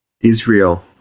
Israel